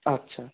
আচ্ছা